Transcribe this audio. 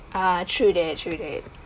uh true that true that